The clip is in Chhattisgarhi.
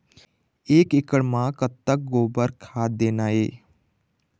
एक एकड़ म कतक गोबर खाद देना ये?